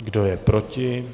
Kdo je proti?